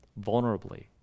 vulnerably